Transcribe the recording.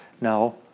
Now